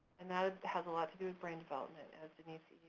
and that ah has a lot to do with brain development as denise e.